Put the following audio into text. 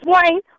Wayne